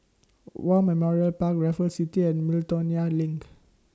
War Memorial Park Raffles City and Miltonia LINK